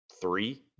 three